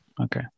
Okay